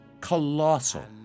colossal